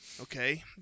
Okay